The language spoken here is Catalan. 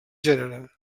gènere